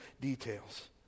details